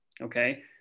okay